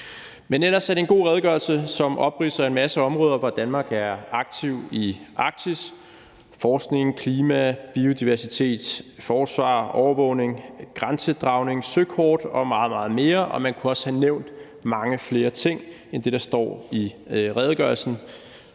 Men ellers er det en god redegørelse, som opridser en masse områder, hvor Danmark er aktiv i Arktis i forhold til forskning, klima, biodiversitet, forsvar, overvågning, grænsedragning, søkort og meget, meget mere, og man kunne også have nævnt mange flere ting end det, der står i redegørelsen.